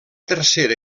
tercera